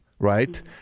right